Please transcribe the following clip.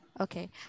Okay